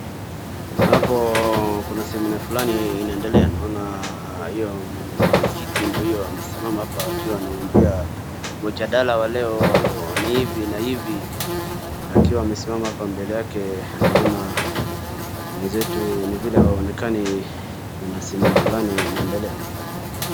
Hapo kuna seminar fulani inaendelea, naona mwenye kiti ndio huyo amesimama hapa akiwa anaongea, mjadala wa leo ni hivi na hivi akiwa amesimama, hapo mbele yake naona mwenzetu ni vile haonekani kuna seminar fulani inaendelea.